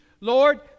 Lord